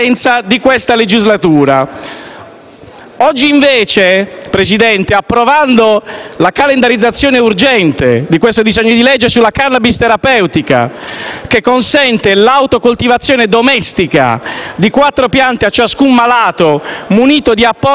Oggi invece, signor Presidente, approvando la calendarizzazione urgente del disegno di legge sulla *cannabis* terapeutica, che consente l'autocoltivazione domestica di quattro piante a ciascun malato munito di apposita certificazione medica,